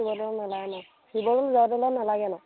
শিৱদৌলত নালাগে নহ্ শিৱদৌল জয়দৌলত নালাগে নহ্